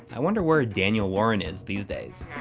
i wonder where daniel warren is these days?